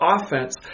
offense